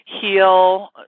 heal